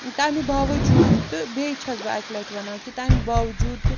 تَمہِ باوجوٗد تہٕ بیٚیہِ چھیٚس بہٕ اَکہِ لٹہِ ونان کہِ تَمہِ باوجوٗد تہِ